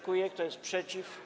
Kto jest przeciw?